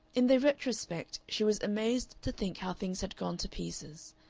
in the retrospect she was amazed to think how things had gone to pieces,